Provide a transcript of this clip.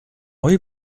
oui